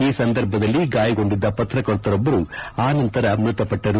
ಈ ಸಂದರ್ಭದಲ್ಲಿ ಗಾಯಗೊಂಡಿದ್ದ ಪತ್ರಕರ್ತರೊಬ್ಬರು ಆನಂತರ ಮೃತಪಟ್ಟರು